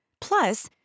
Plus